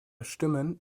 stimmen